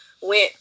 went